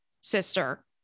sister